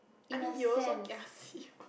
I mean you also ya